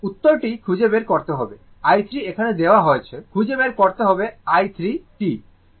উত্তরটি খুঁজে বের করতে হবে i 3 এখানে দেওয়া হয়েছে খুঁজে বের করতে হবে i 3 t